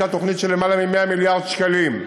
הייתה תוכנית של יותר מ-100 מיליארד שקלים.